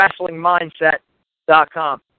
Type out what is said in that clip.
WrestlingMindset.com